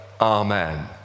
amen